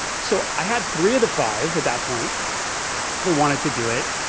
so i had three of the five at that point that wanted to do it.